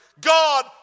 God